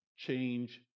Change